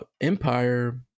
empire